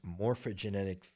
morphogenetic